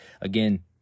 Again